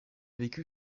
vécu